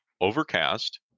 overcast